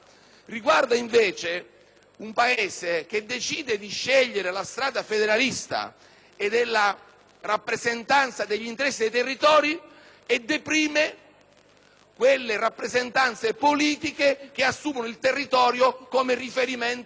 un Paese che sceglie la strada federalista e della rappresentanza degli interessi dei territori e deprime le rappresentanze politiche che assumono il territorio come riferimento originale ed esclusivo